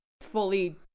fully